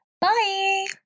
Bye